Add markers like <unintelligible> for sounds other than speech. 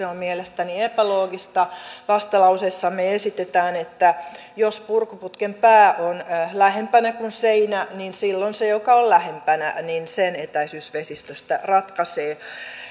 <unintelligible> on mielestäni epäloogista vastalauseessamme esitetään että jos purkuputken pää on lähempänä kuin seinä niin silloin sen joka on lähempänä etäisyys vesistöstä ratkaisee